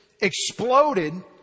exploded